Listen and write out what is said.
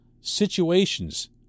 situations